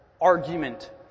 argument